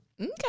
Okay